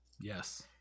Yes